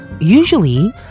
Usually